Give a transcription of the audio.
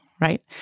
right